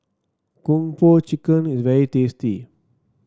Kung Po Chicken is very tasty